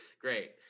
great